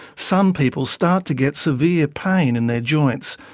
some people start to get severe pain in their joints,